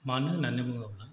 मानो होननानै बुङोब्ला